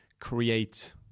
create